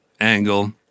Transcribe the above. angle